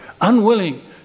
unwilling